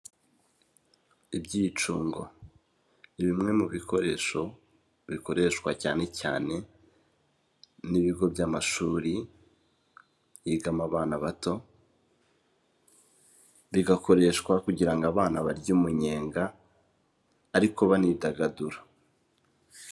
Ibyicungo ni bimwe mu bikoresho bikoreshwa cyane cyane n'ibigo by'amashuri yigamo abana bato, bigakoreshwa kugira ngo abana barye umunyenga ariko banidagadura.